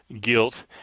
guilt